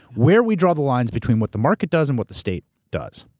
where we draw the line's between what the market does and what the state does.